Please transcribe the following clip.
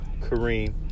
Kareem